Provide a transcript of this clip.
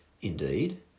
Indeed